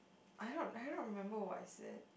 I don't I don't remember what I said